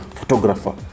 photographer